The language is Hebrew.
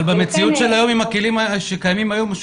אבל במציאות של היום עם הכלים שקיימים היום,